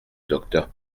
docteur